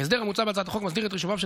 ההסדר המוצע בהצעת החוק מסדיר את רישומם של